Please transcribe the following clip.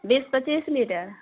बीस पचीस लीटर